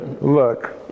Look